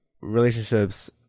relationships